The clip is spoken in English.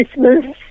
Christmas